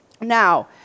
Now